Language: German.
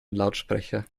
lautsprecher